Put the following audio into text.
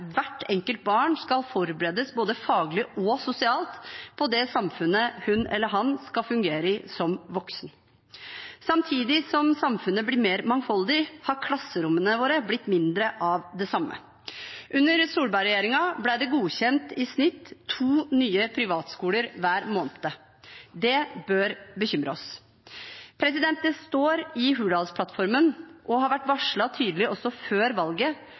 Hvert enkelt barn skal forberedes både faglig og sosialt på det samfunnet hun eller han skal fungere i som voksen. Samtidig som samfunnet blir mer mangfoldig, har klasserommene våre blitt mindre av det samme. Under Solberg-regjeringen ble det godkjent i snitt to nye privatskoler hver måned. Det bør bekymre oss. Det står i Hurdalsplattformen og har vært varslet tydelig også før valget